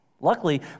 Luckily